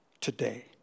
today